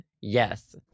Yes